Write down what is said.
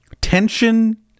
tension